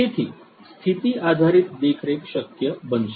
તેથી સ્થિતિ આધારિત દેખરેખ શક્ય બનશે